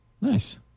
Nice